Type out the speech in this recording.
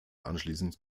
anschließend